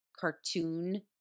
cartoon